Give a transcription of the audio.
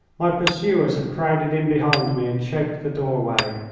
my pursuers had crowded in behind me and choked the doorway,